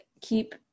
keep